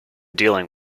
dealing